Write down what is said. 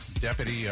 Deputy